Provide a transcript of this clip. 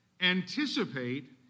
anticipate